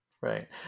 Right